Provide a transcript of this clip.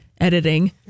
editing